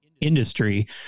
industry